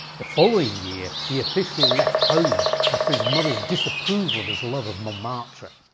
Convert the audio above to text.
the following year he officially left home after his mother's disapproved of his love of montmartre.